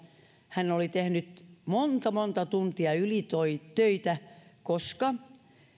hän oli tehnyt monta monta tuntia ylitöitä koska